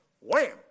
wham